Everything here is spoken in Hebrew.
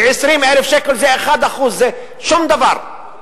ו-20,000 שקל זה 1%. זה שום דבר.